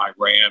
iran